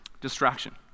distraction